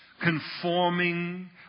conforming